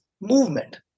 movement